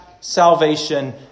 salvation